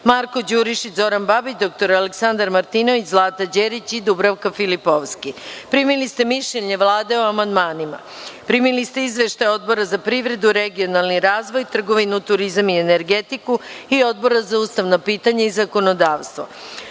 Marko Đurišić, Zoran Babić, dr Aleksandar Martinović, Zlata Đerić i Dubravka Filipovski. Primili ste mišljenje Vlade o amandmanima. Primili ste izveštaje Odbora za privredu, regionalni razvoj, trgovinu, turizam i energetiku i Odbora za ustavna pitanja i zakonodavstvo. Pošto